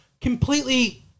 completely